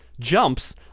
jumps